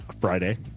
Friday